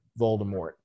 Voldemort